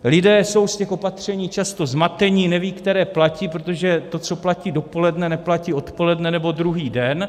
Lidé jsou z těch opatření často zmateni, nevědí, které platí, protože to, co platí dopoledne, neplatí odpoledne nebo druhý den.